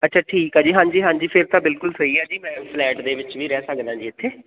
ਅੱਛਾ ਠੀਕ ਆ ਜੀ ਹਾਂਜੀ ਹਾਂਜੀ ਫਿਰ ਤਾਂ ਬਿਲਕੁਲ ਸਹੀ ਹੈ ਜੀ ਮੈਂ ਫਲੈਟ ਦੇ ਵਿੱਚ ਵੀ ਰਹਿ ਸਕਦਾ ਜੀ ਇੱਥੇ